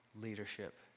leadership